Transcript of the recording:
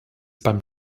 beim